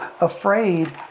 afraid